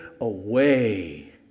away